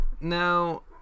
Now